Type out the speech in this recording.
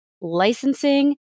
licensing